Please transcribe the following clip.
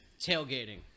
Tailgating